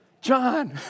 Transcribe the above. John